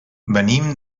venim